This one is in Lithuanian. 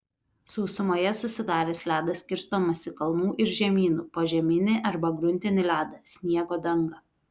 sausumoje susidaręs ledas skirstomas į kalnų ir žemynų požeminį arba gruntinį ledą sniego dangą